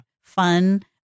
fun